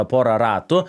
porą ratų